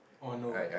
oh no